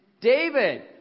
David